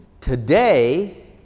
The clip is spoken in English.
Today